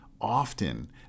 often